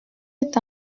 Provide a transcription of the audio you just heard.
est